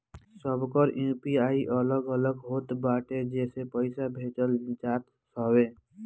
सबकर यू.पी.आई अलग अलग होत बाटे जेसे पईसा भेजल जात हवे